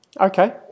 Okay